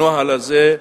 הנוהל הזה,